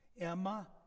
Emma